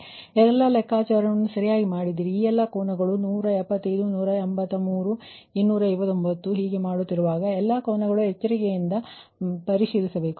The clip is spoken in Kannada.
ಆದ್ದರಿಂದ ಎಲ್ಲಾ ಲೆಕ್ಕಾಚಾರಗಳನ್ನು ಸರಿಯಾಗಿ ಮಾಡಿದ್ದೀರಿ ಮತ್ತು ಈ ಎಲ್ಲಾ ಕೋನಗಳು 175 175 183 ಅಥವಾ 229 ಹೀಗೆ ಮಾಡುತ್ತಿರುವಾಗ ಈ ಎಲ್ಲಾ ಕೋನಗಳು ಎಚ್ಚರಿಕೆಯಿಂದ ಪರಿಶೀಲಿಸಬೇಕು